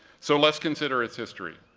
so let's consider its history,